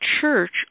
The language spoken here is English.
church